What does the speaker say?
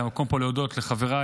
זה המקום פה להודות לחבריי.